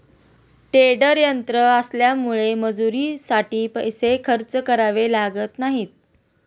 tedder यंत्र आल्यामुळे मजुरीसाठी पैसे खर्च करावे लागत नाहीत